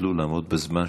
תשתדלו לעמוד בזמן,